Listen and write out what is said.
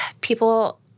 people